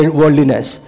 worldliness